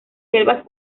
selvas